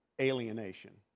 alienation